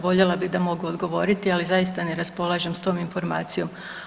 Voljela bih da mogu odgovoriti, ali zaista ne raspolažem s tom informacijom.